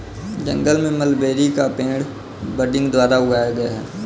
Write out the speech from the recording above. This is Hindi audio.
जंगल में मलबेरी का पेड़ बडिंग द्वारा उगाया गया है